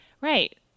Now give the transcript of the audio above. Right